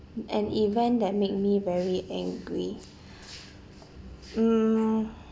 an event that make me very angry mm